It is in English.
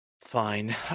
fine